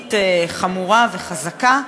שלטונית חמורה וחזקה,